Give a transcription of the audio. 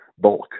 bulk